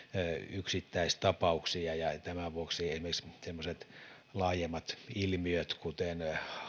yksittäistapauksia tämän vuoksi esimerkiksi semmoiset laajemmat ilmiöt kuten